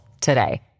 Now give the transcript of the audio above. today